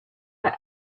but